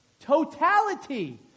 Totality